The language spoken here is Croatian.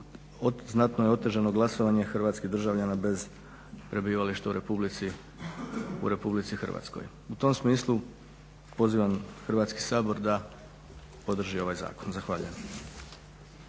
znatno je otežano glasanje hrvatskih državljana bez prebivališta u RH. U tom smislu pozivam Hrvatski sabor da podrži ovaj zakon. Zahvaljujem.